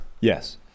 Yes